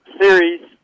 series